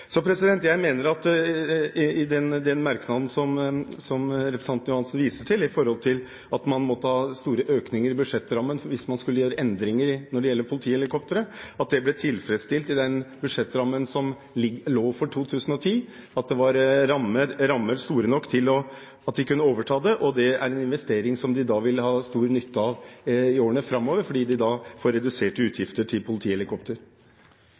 Jeg mener i forbindelse med den merknaden som representanten Ørsal Johansen viser til, i forhold til at man måtte ha store økninger i budsjettrammen hvis man skulle gjøre endringer når det gjelder politihelikoptre, at det ble tilfredsstilt i den budsjettrammen som lå for 2010. Det var rammer store nok til at de kunne overta det. Det er en investering som de vil ha stor nytte av i årene framover, for da vil de få reduserte utgifter til